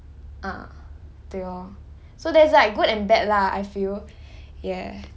ah 对 lor so there's like good and bad lah I feel ya